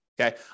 Okay